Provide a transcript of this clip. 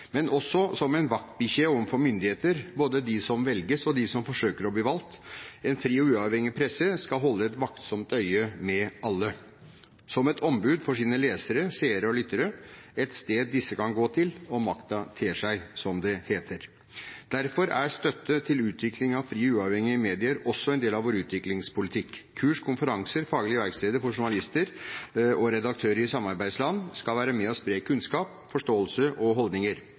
men også som en vaktbikkje overfor myndigheter, både dem som velges, og dem som forsøker å bli valgt. En fri og uavhengig presse skal holde et vaktsomt øye med alle, som et ombud for sine lesere, seere og lyttere – et sted disse kan gå til om makta ter seg, som det heter. Derfor er støtte til utvikling av frie og uavhengige medier også en del av vår utviklingspolitikk. Kurs, konferanser og faglige verksteder for journalister og redaktører i samarbeidsland skal være med på å spre kunnskap, forståelse og holdninger.